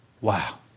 Wow